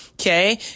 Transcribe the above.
Okay